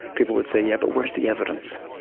people would say, yeah, but where's the evidence?